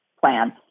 plan